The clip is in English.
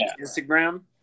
Instagram